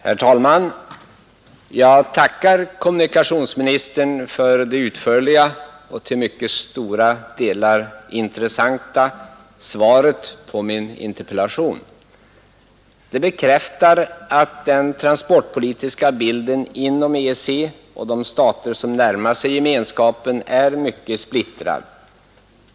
Herr talman! Jag tackar kommunikationsministern för det utförliga och till stora delar mycket intressanta svaret på min interpellation. Det bekräftar att den transportpolitiska bilden inom EEC och de stater som närmar sig gemenskapen är mycket splittrad.